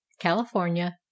California